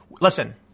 Listen